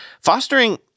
Fostering